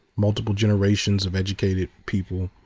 multiple generations of educated people.